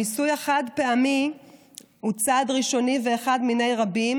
מיסוי החד-פעמי הוא צעד ראשוני ואחד מיני רבים